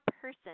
person